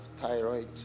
thyroid